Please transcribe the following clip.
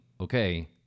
okay